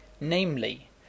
namely